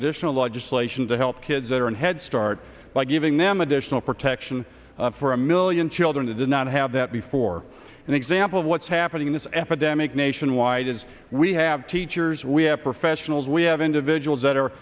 additional legislation to help kids that are in head start by giving them additional protection for a million children that did not have that before an example of what's happening this epidemic nationwide and we have teachers we have professionals we have individuals that are